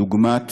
דוגמת